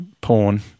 porn